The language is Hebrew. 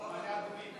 את מעלה-אדומים.